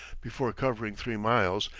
before covering three miles,